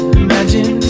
imagine